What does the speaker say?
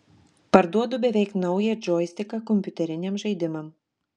parduodu beveik naują džoistiką kompiuteriniam žaidimam